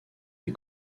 les